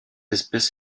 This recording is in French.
espèce